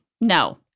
No